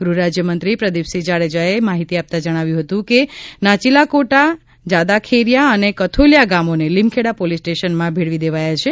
ગૃહરાજ્યમંત્રી પ્રદીપસિંહ જાડેજાએ આ માહિતી આપતા જણાવ્યું હતું કે નાચીલાકોટા જાદાખેરિયા અને કથોલિયા ગામોને લીમખેડા પોલિસ સ્ટેશનમાં ભેળવી દેવાયા છે